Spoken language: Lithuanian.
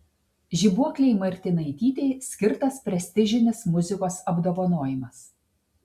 žibuoklei martinaitytei skirtas prestižinis muzikos apdovanojimas